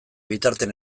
bitartean